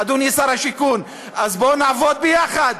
אדוני שר השיכון, אז בואו נעבוד יחד.